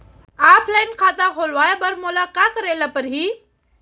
Offline खाता खोलवाय बर मोला का करे ल परही?